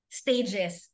stages